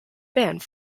band